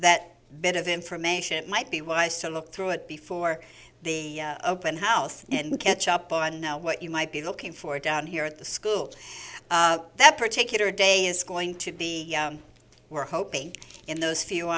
that bit of information might be wise to look through it before the open house and catch up on what you might be looking for down here at the school that particular day is going to be we're hoping in those few